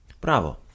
Bravo